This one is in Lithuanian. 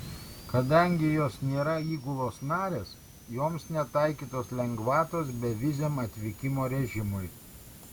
kadangi jos nėra įgulos narės joms netaikytos lengvatos beviziam atvykimo režimui